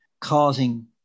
causing